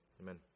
Amen